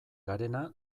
garena